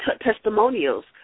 testimonials